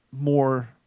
more